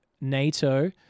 NATO